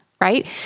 right